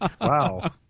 Wow